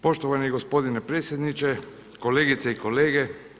Poštovani gospodine predsjedniče, kolegice i kolege.